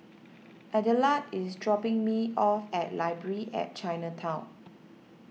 Adelard is dropping me off at Library at Chinatown